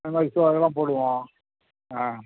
அது மாதிரி சோ அதெல்லாம் போடுவோம் ஆ